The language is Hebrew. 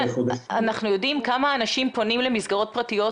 האם אנחנו יודעים כמה אנשים פונים למסגרות פרטיות,